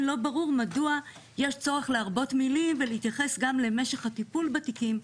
לא ברור מדוע יש צורך להרבות מילים ולהתייחס גם למשך הטיפול בתיקים,